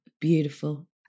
beautiful